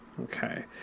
okay